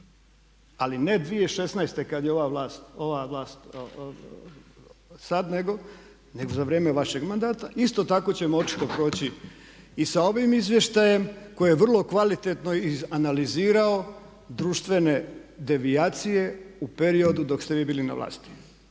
ali ne 2016. kad je ova vlast sad nego za vrijeme vašeg mandata. Isto tako ćemo očito proći i sa ovim izvještajem koje je vrlo kvalitetno iz analizirao društvene devijacije u periodu dok ste vi bili na vlasti